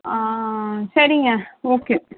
ஆ சரிங்க ஓகே